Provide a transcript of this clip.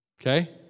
Okay